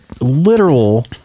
literal